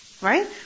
Right